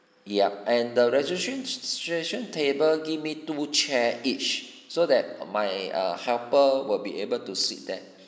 yup and the registering stration table give me two chair each so that my err helper will be able to sit there